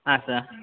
ಆಂ sir